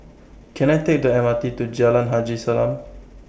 Can I Take The M R T to Jalan Haji Salam